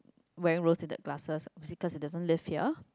when Rosited glasses ossicles they doesn't life here